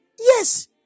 Yes